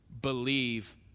believe